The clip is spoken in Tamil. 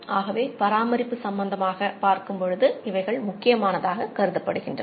ஆகவே பராமரிப்பு சம்பந்தமாக பார்க்கும் பொழுது இவைகள் முக்கியமானதாக கருதப்படுகின்றன